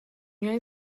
united